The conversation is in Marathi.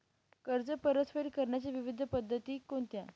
कर्ज परतफेड करण्याच्या विविध पद्धती कोणत्या?